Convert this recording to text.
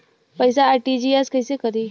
पैसा आर.टी.जी.एस कैसे करी?